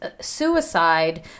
suicide